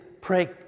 pray